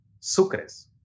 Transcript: sucres